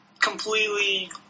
completely